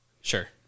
Sure